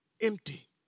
Empty